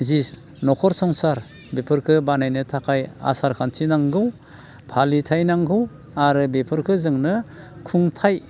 जि न'खर संसार बेफोरखो बानायनो थाखाय आसार खान्थि नांगौ फालिथाय नांगौ आरो बेफोरखो जोंनो खुंथाय